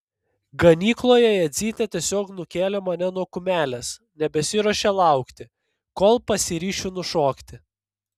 ganykloje jadzytė tiesiog nukėlė mane nuo kumelės nebesiruošė laukti kol pasiryšiu nušokti